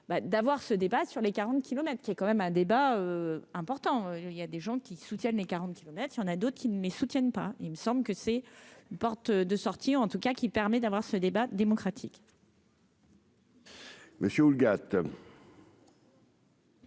d'avoir ce débat sur les 40 kilomètres qui est quand même un débat important, il y a des gens qui soutiennent les 40 kilomètres il y en a d'autres qui ne me soutiennent pas, il me semble que c'est porte de sortie, en tout cas, qui permet d'avoir ce débat démocratique. Monsieur Houlgate.